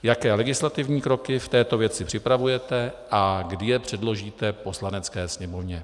Jaké legislativní kroky v této věci připravujete a kdy je předložíte Poslanecké sněmovně?